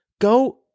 Go